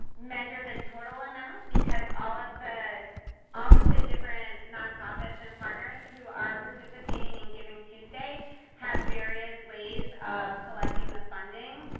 measure the total amount because all of the ah of the different nonprofits and partners who are participating in givingtuesday have various ways of collecting the funding.